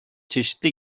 çeşitli